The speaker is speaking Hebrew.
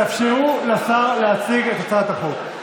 תאפשרו לשר להציג את הצעת החוק.